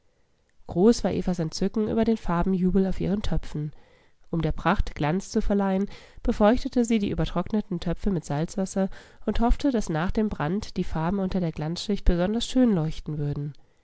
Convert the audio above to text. groß war evas entzücken über den farbenjubel auf ihren töpfen um der pracht glanz zu verleihen befeuchtete sie die übertrockneten töpfe mit salzwasser und hoffte daß nach dem brand die farben unter der glanzschicht besonders schön leuchten würden